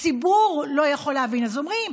הציבור לא יכול להבין, אז אומרים: